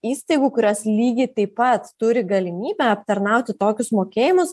įstaigų kurios lygiai taip pat turi galimybę aptarnauti tokius mokėjimus